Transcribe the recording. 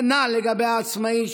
כנ"ל לגבי העצמאים,